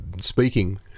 speaking